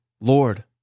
Lord